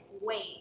wait